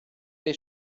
dei